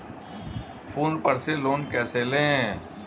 Phone पर से loan कैसे लें?